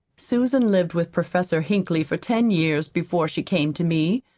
susan lived with professor hinkley for ten years before she came to me.